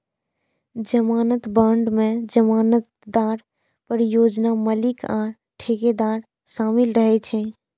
जमानत बांड मे जमानतदार, परियोजना मालिक आ ठेकेदार शामिल रहै छै